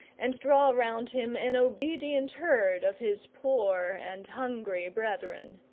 and draw round him an obedient herd of his poor and hungry brethren.